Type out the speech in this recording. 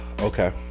okay